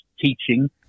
teaching